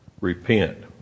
Repent